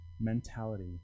mentality